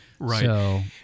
Right